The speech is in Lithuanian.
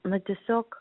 na tiesiog